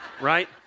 Right